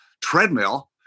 treadmill